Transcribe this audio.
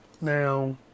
Now